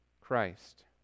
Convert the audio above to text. Christ